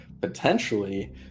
potentially